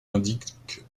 indiquent